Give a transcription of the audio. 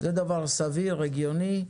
זה דבר סביר והגיוני,